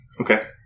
Okay